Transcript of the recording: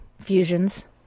fusions